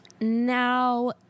now